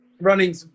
Running